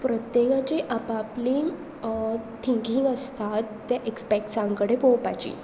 प्रत्येकाची आप आपली थिंकींग आसतात ते एक्सपेक्ट्सां कडेन पळोवपाची